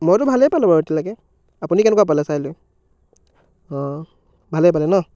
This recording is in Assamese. মইটো ভালে পালোঁ বাৰু এতিয়ালৈকে আপুনি কেনেকুৱা পালে চাই লৈ অ' ভালে পালে ন